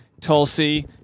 Tulsi